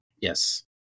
Yes